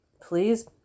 please